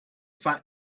fact